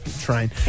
Train